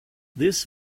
this